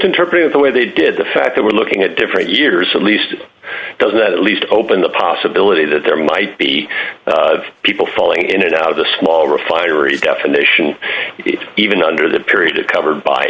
interpret it the way they did the fact that we're looking at different years at least doesn't at least open the possibility that there might be people falling in and out of the small refinery definition even under the period of cover by